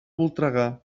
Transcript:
voltregà